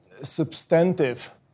substantive